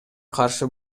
каршы